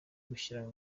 gushyiramo